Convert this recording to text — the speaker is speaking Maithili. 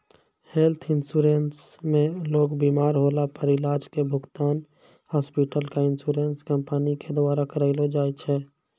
हेल्थ इन्शुरन्स मे लोग बिमार होला पर इलाज के भुगतान हॉस्पिटल क इन्शुरन्स कम्पनी के द्वारा करलौ जाय छै